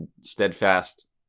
steadfast